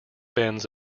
bends